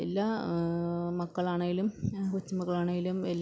എല്ലാ മക്കളാണെങ്കിലും കൊച്ചുമക്കളാണെങ്കിലും എല്ലാം